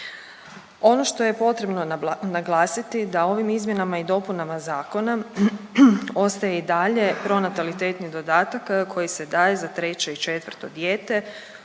Ono što je potrebno naglasiti da ovim izmjenama i dopunama zakona ostaje i dalje pronatalitetni dodatak koji se daje za 3. i 4. dijete